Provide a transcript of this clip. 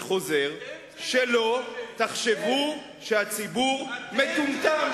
אני חוזר: שלא תחשבו שהציבור מטומטם.